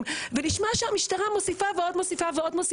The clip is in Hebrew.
ונשמע שהמשטרה מוסיפה ועוד מוסיפה ועוד.